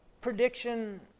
prediction